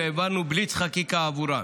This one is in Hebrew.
והעברנו בליץ חקיקה עבורם.